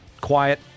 quiet